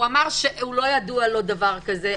הוא אמר שלא ידוע לו דבר כזה,